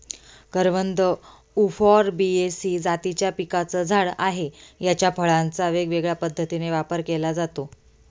करवंद उफॉर्बियेसी जातीच्या पिकाचं झाड आहे, याच्या फळांचा वेगवेगळ्या पद्धतीने वापर केला जातो